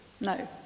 No